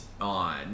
on